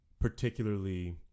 particularly